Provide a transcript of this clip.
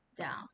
down